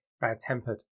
bad-tempered